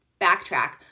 backtrack